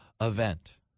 event